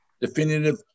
definitive